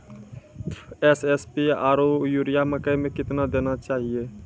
SSP आरु urea मकई मे कितना देना चाहिए?